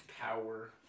power